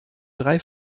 drei